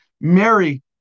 Mary